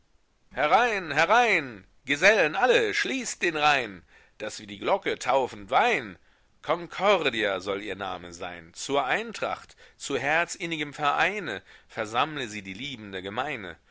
herein herein gesellen alle schließt den reihen daß wir die glocke taufend weihen concordia soll ihr name sein zur eintracht zu herzinnigem vereine versammle sie die liebende gemeine